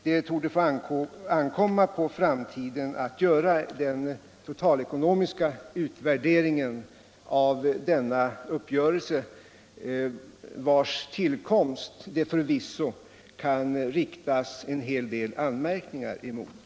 Det torde få ankomma på framtiden att göra den totalekonomiska utvärderingen av denna uppgörelse, vars tillkomst det förvisso kan riktas en hel del anmärkningar emot.